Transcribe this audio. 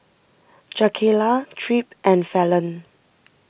Jakayla Tripp and Fallon